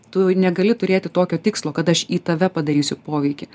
tu negali turėti tokio tikslo kad aš į tave padarysiu poveikį